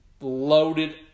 loaded